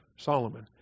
Solomon